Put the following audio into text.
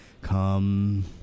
come